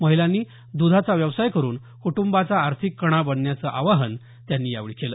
महिलांनी दुधाचा व्यवसाय करून कुटुंबाचा आर्थिक कणा बनण्याचं आवाहन त्यांनी यावेळी केलं